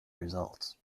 results